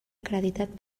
acreditat